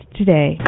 today